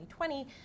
2020